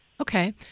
Okay